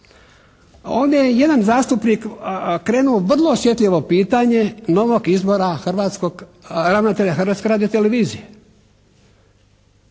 jedan zastupnik pokrenuo vrlo osjetljivo pitanje novog izbora ravnatelja Hrvatske radiotelevizije,